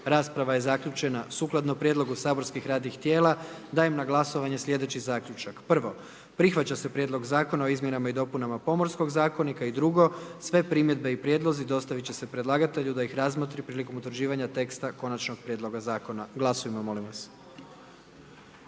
rasprava je zaključena. Sukladno prijedlogu saborskih radnih tijela, dajem na glasovanje slijedeći zaključak. Prvo, prihvaća se Prijedlog Zakona o vinu i drugo, sve primjedbe i prijedlozi dostavit će se predlagatelju da ih razmotri prilikom utvrđivanja teksta konačnog prijedloga zakona, molim